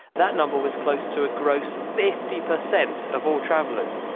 that number was close to a gross fifty percent of all travellers.